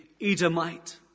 Edomite